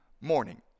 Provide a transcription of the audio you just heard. morning